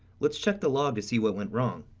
let's check the log to see what went wrong.